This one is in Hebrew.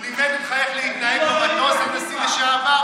הוא לימד אותך איך להתנהג במטוס, הנשיא לשעבר?